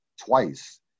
twice